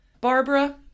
Barbara